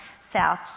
south